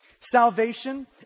salvation